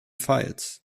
files